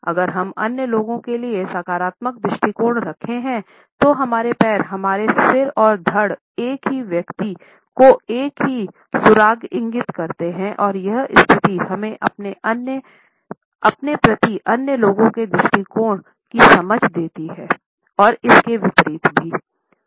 अगर हम अन्य लोगो के लिए सकारात्मक दृष्टिकोण रखें हैं तो हमारे पैर हमारे सिर और धड़ एक ही व्यक्ति को एक ही सुराग इंगित करते हैं और यह स्थिति हमें अपने प्रति अन्य लोगों के दृष्टिकोण की समझ देती है और इस के विपरीत भी